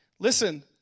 Listen